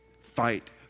Fight